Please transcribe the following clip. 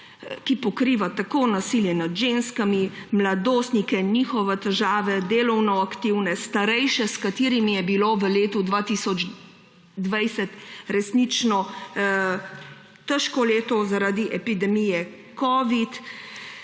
pokriva tako nasilje nad ženskami, mladostnike, njihove težave, delovno aktivne kot starejše, za katere je bilo 2020 resnično težko leto zaradi epidemije covida.